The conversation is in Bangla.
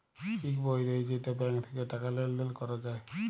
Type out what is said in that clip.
ইক বই দেয় যেইটা ব্যাঙ্ক থাক্যে টাকা লেলদেল ক্যরা যায়